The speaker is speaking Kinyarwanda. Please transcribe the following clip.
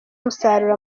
umusaruro